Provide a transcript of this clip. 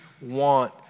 want